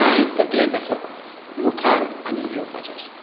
कांय तकलेंत आसात मुखार आनीक येवपाच्यो आसात